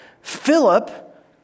Philip